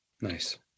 nice